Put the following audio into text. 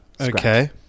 Okay